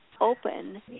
open